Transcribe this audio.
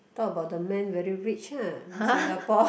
talk about the man very rich in ah in singapore